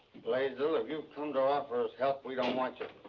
blaisdell, if you've come to offer us help, we don't want it.